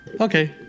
Okay